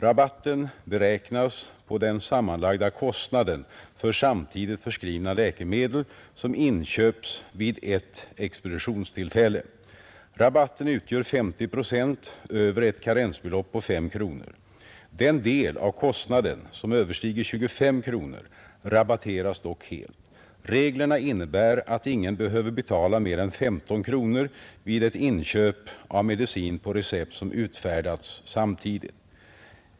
Rabatten beräknas på den sammanlagda kostnaden för samtidigt förskrivna läkemedel som inköps vid ett expeditionstillfälle. Rabatten utgör 50 procent över ett karensbelopp på S kronor. Den del av kostnaden som överstiger 25 kronor rabatteras dock helt. Reglerna innebär att ingen behöver betala mer än 15 kronor vid ett inköp av medicin på recept som utfärdats samtidigt.